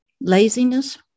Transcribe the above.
Laziness